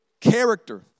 character